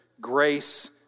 Grace